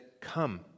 come